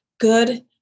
good